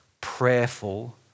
prayerful